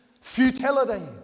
Futility